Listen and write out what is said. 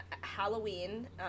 Halloween